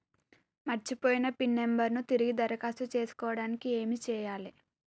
మర్చిపోయిన pin number ను తిరిగి దరఖాస్తు చేసుకోవడానికి ఏమి చేయాలే?